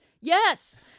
yes